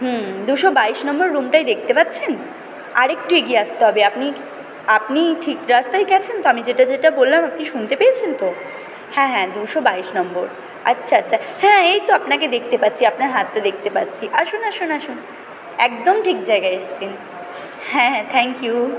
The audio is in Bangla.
হুম দুশো বাইশ নম্বর রুমটা কি দেখতে পাচ্ছেন আরেকটু এগিয়ে আসতে হবে আপনি আপনি ঠিক রাস্তায় গিয়েছেন তো আমি যেটা যেটা বললাম আপনি শুনতে পেয়েছেন তো হ্যাঁ হ্যাঁ দুশো বাইশ নম্বর আচ্ছা আচ্ছা হ্যাঁ এই তো আপনাকে দেখতে পাচ্ছি আপনার হাতটা দেখতে পাচ্ছি আসুন আসুন আসুন একদম ঠিক জায়গায় এসেছেন হ্যাঁ হ্যাঁ থ্যাংক ইউ